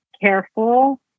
careful